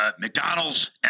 McDonald's